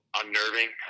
unnerving